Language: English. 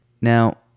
Now